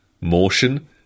motion